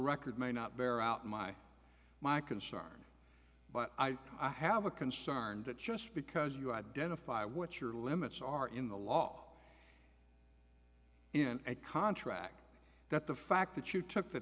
record may not bear out my my concern but i i have a concern that just because you identify what your limits are in the law in a contract that the fact that you took the